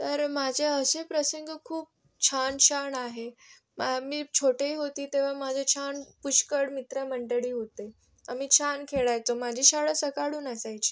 तर माझे असे प्रसंग खूप छान छान आहे मी छोटी होती तेव्हा माझे छान पुष्कळ मित्रमंडळी होते आम्ही छान खेळायचो माझी शाळा सकाळहून असायची